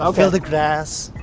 um feel the grass,